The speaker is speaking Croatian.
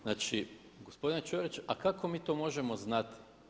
Znači gospodine Ćorić a kako mi to možemo znati?